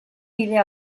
bidea